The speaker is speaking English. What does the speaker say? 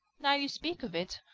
now you speak of it,